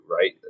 right